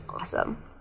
awesome